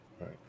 Right